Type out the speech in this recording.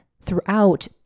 throughout